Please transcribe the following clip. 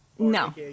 No